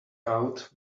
out